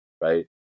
right